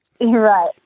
right